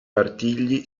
artigli